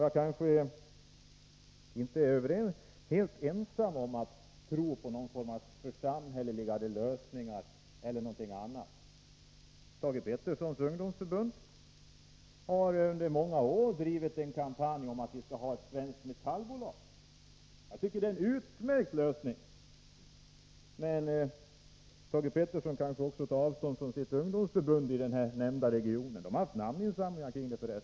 Jag kanske inte är helt ensam om att tro på lösningar som innebär någon form av församhälleligande. Socialdemokraternas ungdomsförbund har under många år drivit en kampanj för ett svenskt metallbolag. Det tycker jag är en utmärkt lösning. Men Thage Peterson kanske också tar avstånd från det socialdemokratiska ungdomsförbundet i den nämnda regionen? Ungdomsförbundet har för resten haft namninsamlingar i denna fråga.